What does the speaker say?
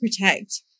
protect